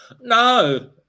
No